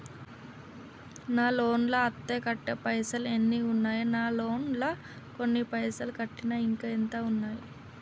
నా లోన్ లా అత్తే కట్టే పైసల్ ఎన్ని ఉన్నాయి నా లోన్ లా కొన్ని పైసల్ కట్టిన ఇంకా ఎంత ఉన్నాయి?